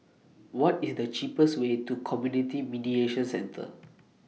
What IS The cheapest Way to Community Mediation Centre